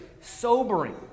sobering